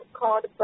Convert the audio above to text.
called